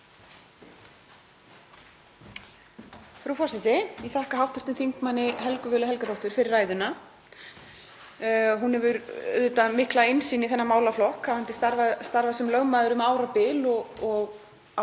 Frú forseti. Ég þakka hv. þm. Helgu Völu Helgadóttur fyrir ræðuna. Hún hefur auðvitað mikla innsýn í þennan málaflokk, hafandi starfað sem lögmaður um árabil og haft